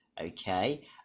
Okay